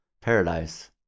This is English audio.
paradise